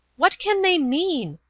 what can they mean?